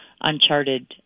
uncharted